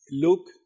look